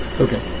Okay